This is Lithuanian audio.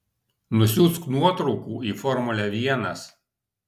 nusiųsk nuotraukų į formulę vienas